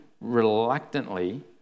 reluctantly